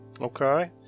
Okay